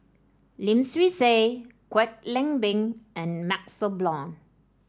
Lim Swee Say Kwek Leng Beng and MaxLe Blond